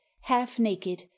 half-naked